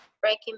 breaking